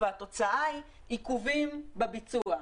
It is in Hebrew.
והתוצאה היא עיכובים בביצוע.